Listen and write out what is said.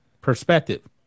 perspective